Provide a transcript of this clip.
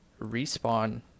Respawn